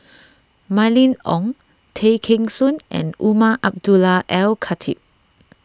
Mylene Ong Tay Kheng Soon and Umar Abdullah Al Khatib